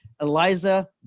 Eliza